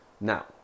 Now